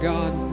God